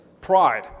Pride